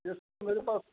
मेरे पास